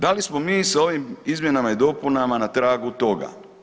Da li smo mi s ovim izmjenama i dopunama na tragu toga?